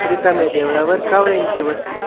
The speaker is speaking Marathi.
रिकाम्या देवळावर कावळ्यांची वस्ती